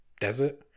desert